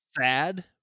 sad